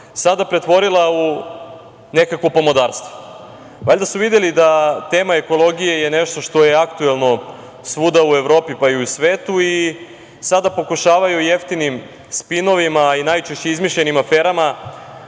sada pretvorila u nekakvo pomodarstvo. Valjda su videli da je tema ekologije nešto što je aktuelno svuda u Evropi, pa i u svetu i sada pokušavaju jeftinim spinovima i najčešće izmišljenim aferama